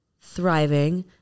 thriving